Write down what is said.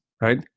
right